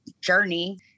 journey